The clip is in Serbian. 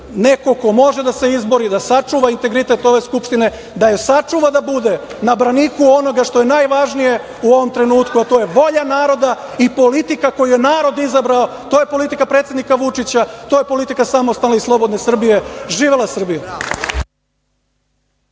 neko ko može da se izbori i da sačuva integritet ove Skupštine, da je sačuva da bude na braniku onoga što je najvažnije u ovom trenutku, a to je volja naroda i politika koju je narod izabrao. To je politika predsednika Vučića, to je politika samostalne i slobodne Srbije. Živela Srbija!